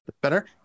better